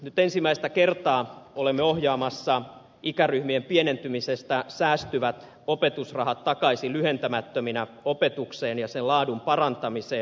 nyt ensimmäistä kertaa olemme ohjaamassa ikäryhmien pienentymisestä säästyvät opetusrahat takaisin lyhentämättöminä opetukseen ja sen laadun parantamiseen